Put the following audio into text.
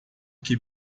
que